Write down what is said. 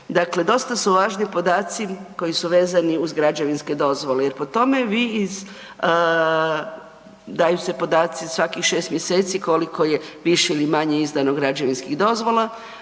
dakle dosta su važni podaci koji su vezani uz građevinske dozvole jer po tome vi iz, daju se podaci svakih 6. mjeseci koliko je više ili manje izdano građevinskih dozvola,